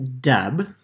dub